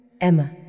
Emma